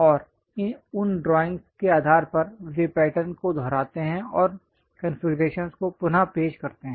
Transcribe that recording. और उन ड्राइंगस् के आधार पर वे पैटर्न को दोहराते हैं और कॉन्फ़िगरेशन को पुन पेश करते हैं